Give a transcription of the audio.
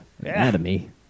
anatomy